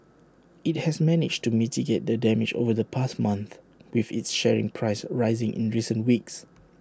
IT has managed to mitigate the damage over the past month with its sharing price rising in recent weeks